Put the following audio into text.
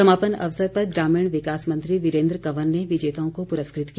समापन अवसर पर ग्रामीण विकास मंत्री वीरेन्द्र कंवर ने विजेताओं को प्रस्कृत किया